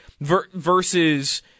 versus